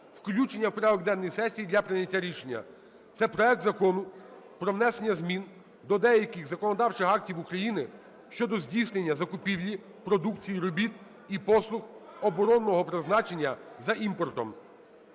включення в порядок денний сесії для прийняття рішення. Це проект Закону про внесення змін до деяких законодавчих актів України щодо здійснення закупівлі продукції, робіт і послуг оборонного призначення за імпортом